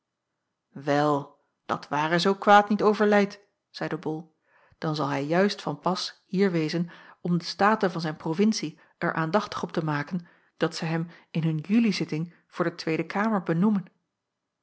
wel dat ware zoo kwaad niet overleid zeide bol dan zal hij juist van pas hier wezen om de staten van zijn provincie er aandachtig op te maken dat zij hem in hun julizitting voor de tweede kamer benoemen